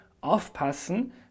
aufpassen